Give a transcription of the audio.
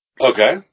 Okay